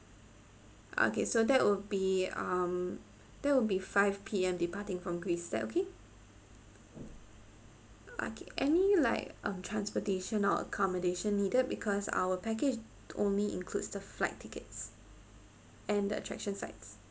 okay so that would be um that would be five P_M departing from greece is that okay okay any like um transportation or accommodation needed because our package only includes the flight tickets and the attraction sites